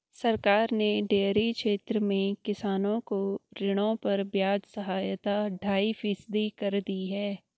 सरकार ने डेयरी क्षेत्र में किसानों को ऋणों पर ब्याज सहायता ढाई फीसदी कर दी है